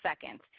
seconds